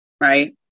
right